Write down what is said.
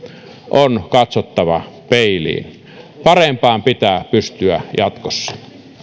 on katsottava peiliin parempaan pitää pystyä jatkossa